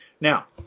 Now